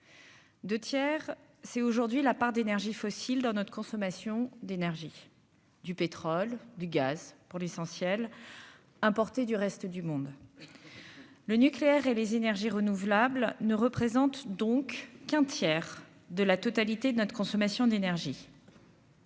2 tiers c'est aujourd'hui la part d'énergies fossiles dans notre consommation d'énergie du pétrole, du gaz, pour l'essentiel importé du reste du monde, le nucléaire et les énergies renouvelables ne représente donc qu'un tiers de la totalité de notre consommation d'énergie.